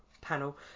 panel